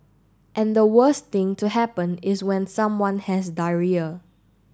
and the worst thing to happen is when someone has diarrhoea